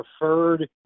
preferred